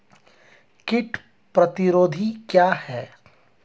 कीट प्रतिरोधी क्या है?